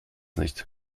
nicht